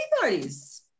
parties